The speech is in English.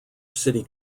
city